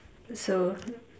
so